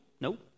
Nope